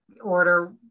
order